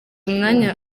umwanya